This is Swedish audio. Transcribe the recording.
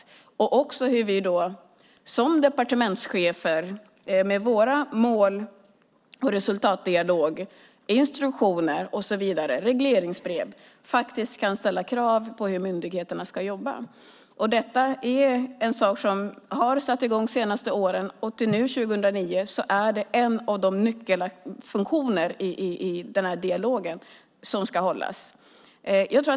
Det handlar också om hur vi som departementschefer med vår mål och resultatdialog, regleringsbrev och så vidare kan ställa krav på hur myndigheterna ska jobba. Detta är en sak som har satts i gång de senaste åren. Nu år 2009 är det en av nyckelfunktionerna i den dialog som ska hållas.